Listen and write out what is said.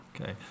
Okay